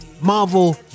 Marvel